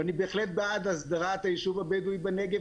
ואני בהחלט בעד הסדרת היישוב הבדואי בנגב,